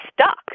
stuck